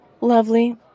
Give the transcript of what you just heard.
Lovely